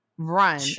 run